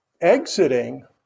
exiting